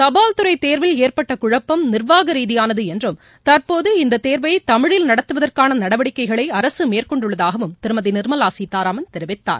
தபால்துறை தேர்வில் ஏற்பட்ட குழப்பம் நிர்வாக ரீதியானது என்றும் தற்போது இந்த தேர்வை தமிழில் நடத்துவதற்கான நடவடிக்கைகளை அரசு மேற்கொண்டுள்ளதாகவும் திருமதி நிர்மலா சீத்தாராமன் தெரிவித்தார்